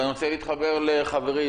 ואני רוצה להתחבר לחברי,